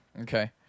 Okay